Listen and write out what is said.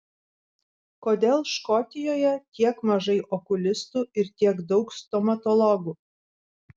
kodėl škotijoje tiek mažai okulistų ir tiek daug stomatologų